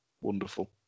wonderful